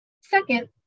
Second